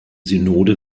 synode